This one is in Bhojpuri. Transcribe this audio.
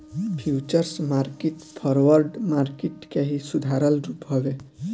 फ्यूचर्स मार्किट फॉरवर्ड मार्किट के ही सुधारल रूप हवे